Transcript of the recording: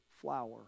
flower